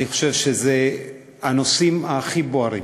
אני חושב שאלה הנושאים הכי בוערים